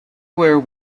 were